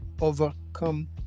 overcome